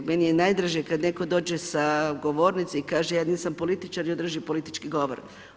Meni je najdraže kad netko dođe sa govornice i kaže ja nisam političar i održi politički govor.